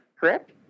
correct